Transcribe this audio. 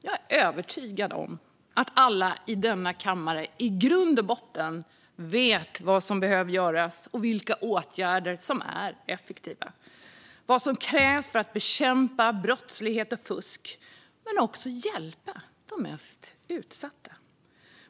Jag är övertygad om att alla i denna kammare i grund och botten vet vad som behöver göras och vilka åtgärder som är effektiva. Det handlar om vad som krävs för att bekämpa brottslighet och fusk, men också för att kunna hjälpa de mest utsatta.